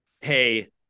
Hey